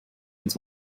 ins